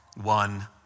one